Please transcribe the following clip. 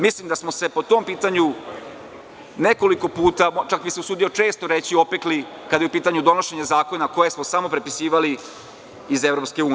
Mislim da smo se po tom pitanju nekoliko puta opekli, kada je u pitanju donošenje zakona, koje smo samo prepisivali iz EU.